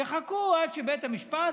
יחכו עד שבית המשפט,